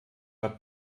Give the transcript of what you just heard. hat